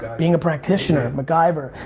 being a practitioner, mcgaiver.